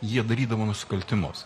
jie darydavo nusikaltimus